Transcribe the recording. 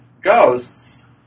ghosts